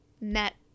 met